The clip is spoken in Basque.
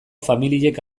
familiek